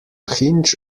hinge